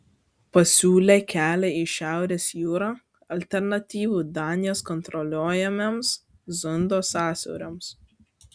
pasiūlė kelią į šiaurės jūrą alternatyvų danijos kontroliuojamiems zundo sąsiauriams